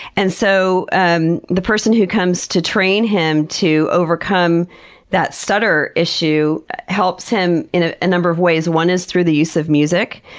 and so um the person who comes to train him to overcome that stutter issue helps him in a number of ways. one is through the use of music.